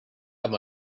have